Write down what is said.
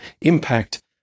impact